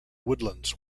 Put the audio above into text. woodlands